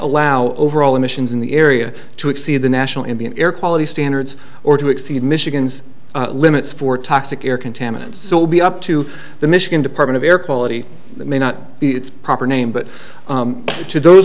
allow overall emissions in the area to exceed the national indian air quality standards or to exceed michigan's limits for toxic air contaminants will be up to the michigan department of air quality that may not be its proper name but to those